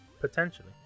Potentially